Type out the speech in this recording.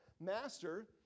Master